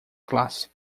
classe